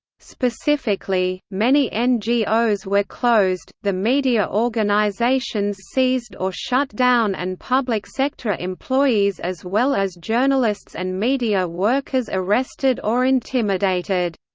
specifically, many ngos were closed, the media organizations seized or shut down and public sector ah employees as well as journalists and media workers arrested or intimidated.